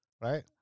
right